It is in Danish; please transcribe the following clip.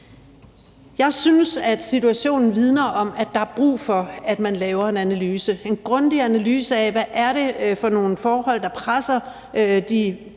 Jeg synes, at situationen vidner op, at der er brug for, at man laver en analyse, en grundig analyse af, hvad det er for nogle forhold, der presser de